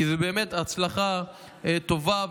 כי ההצלחה טובה,